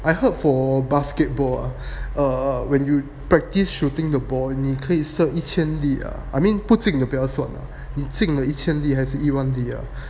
I heard for basketball err when you practice shooting the ball 你可以射一千粒 ah I mean 不进的不要算 lah 你进了一千粒或一万粒 ah